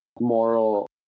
moral